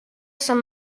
sant